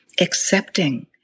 accepting